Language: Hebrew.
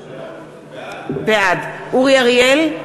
בעד אורי אריאל,